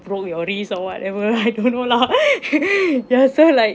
broke your wrist or whatever I don't lah ya so like